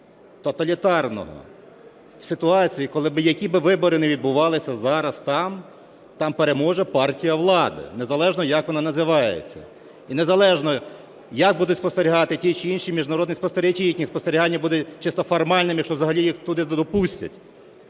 режиму, тоталітарного. В ситуації коли, які б вибори не відбувалися зараз там, там переможе партія влади, незалежно як вона називається. І незалежно як будуть спостерігати ті чи інші міжнародні спостерігачі, їхні спостерігання будуть чисто формальними, якщо взагалі їх туди допустять.